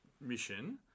mission